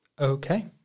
Okay